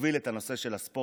מוביל את הנושא של הספורט